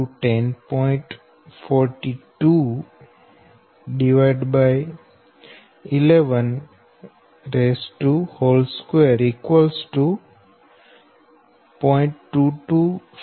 45kV Bnew 11kV તેથી X mnew 0